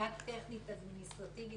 מניעה טכנית אדמיניסטרטיבית,